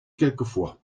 quelquefois